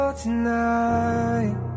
tonight